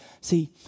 See